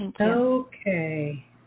Okay